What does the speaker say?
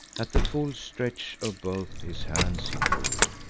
at the full stretch of both his hands he drew,